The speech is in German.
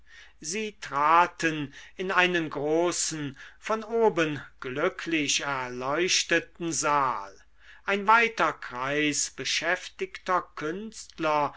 sie traten in einen großen von oben glücklich erleuchteten saal ein weiter kreis beschäftigter künstler